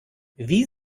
wie